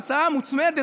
בהצעה המוצמדת,